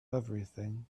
everything